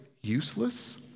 useless